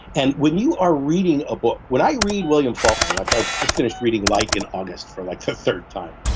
and when you are reading a book, when i read william faulkner like i've just finished reading light in august for like the third time,